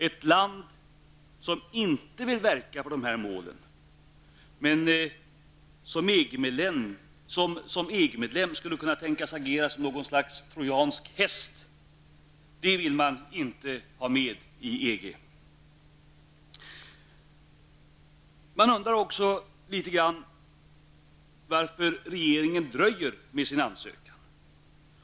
Ett land som inte vill verka för dessa mål, utan i stället som EG-medlem skulle kunna tänkas agera som ett slags trojansk häst, vill man inte ha med i EG. Man undrar också varför regeringen dröjer med sin ansökan.